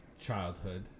childhood